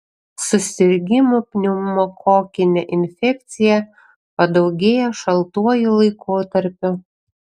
susirgimų pneumokokine infekcija padaugėja šaltuoju laikotarpiu